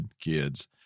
kids